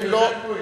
אתם יותר גרועים.